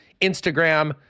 Instagram